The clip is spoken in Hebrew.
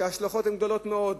כשההשלכות הן גדולות מאוד,